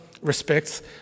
respects